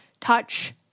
touch